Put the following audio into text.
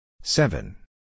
Seven